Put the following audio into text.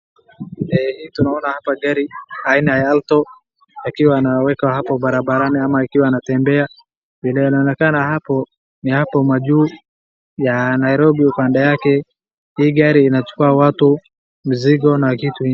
Hii tunaona hapa gari aina ya alto akiwa anaweka hapo barabarani au akiwa anatembea, vile inaonekana hapo ni hapo majuu ya nairobi upande yake hii gari inachukua watu, mzigo na kitu.